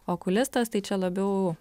okulistas tai čia labiau